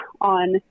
on